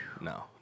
no